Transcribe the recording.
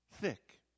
thick